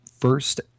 first